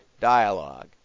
dialogue